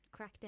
Crackdown